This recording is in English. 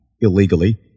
illegally